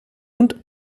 und